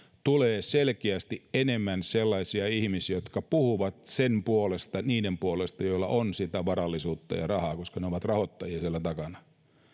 tulee selkeästi enemmän sellaisia ihmisiä jotka puhuvat niiden puolesta joilla on sitä varallisuutta ja rahaa koska nämä ovat rahoittajia siellä takana